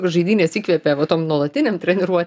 žaidynės įkvepia va tom nuolatinėm treniruo